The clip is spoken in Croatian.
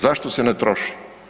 Zašto se ne troši?